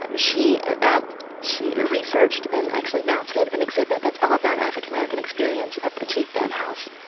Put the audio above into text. but she um she researched and actually mounted an exhibit that's all about african-american experience at the chief vann house.